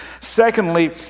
Secondly